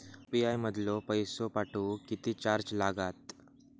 UPI मधलो पैसो पाठवुक किती चार्ज लागात?